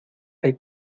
hay